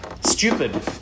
stupid